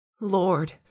Lord